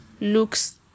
Looks